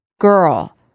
Girl